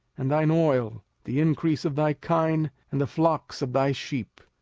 and thine oil, the increase of thy kine, and the flocks of thy sheep,